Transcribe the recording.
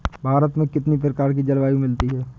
भारत में कितनी प्रकार की जलवायु मिलती है?